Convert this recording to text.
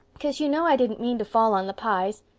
cause you know i didn't mean to fall on the pies.